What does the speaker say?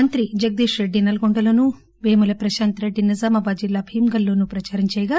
మంత్రి జగదీష్ రెడ్డి నల్గొండలోను పేముల ప్రశాంత్ రెడ్డి నిజామాబాద్ జిల్లా భీంగల్ లోను ప్రచారం చేయగా